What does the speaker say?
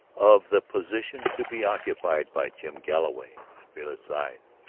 of the position to be occupied by jim galloway at villa's side.